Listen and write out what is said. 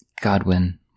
Godwin